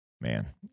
Man